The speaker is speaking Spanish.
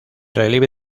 relieve